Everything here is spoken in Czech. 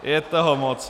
Je toho moc.